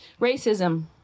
Racism